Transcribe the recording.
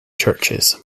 churches